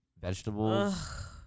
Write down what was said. vegetables